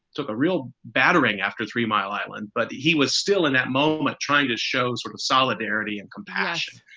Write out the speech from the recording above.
took a real battering after three mile island. but he was still in that moment trying to show sort of solidarity and compassion.